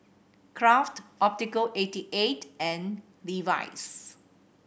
Kraft Optical eighty eight and Levi's